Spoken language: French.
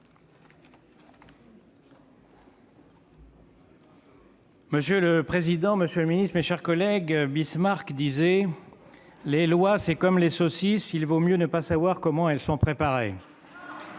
Monsieur le président, monsieur le secrétaire d'État, mes chers collègues, Bismarck disait :« Les lois, c'est comme les saucisses, il vaut mieux ne pas savoir comment elles sont préparées. »